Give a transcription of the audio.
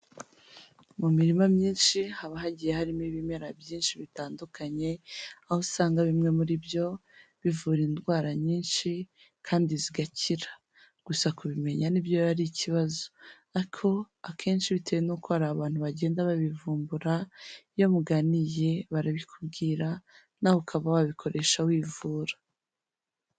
Mu mirima myinshi, haba hagiye harimo ibimera byinshi bitandukanye, aho usanga bimwe muri byo, bivura indwara nyinshi kandi zigakira. Gusa kubimenya ni byo biba ari ikibazo ariko akenshi bitewe n'uko hari abantu bagenda babivumbura, iyo muganiriye barabikubwira na we ukaba wabikoresha wivura.